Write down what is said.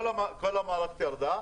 כל המערכת ירדה,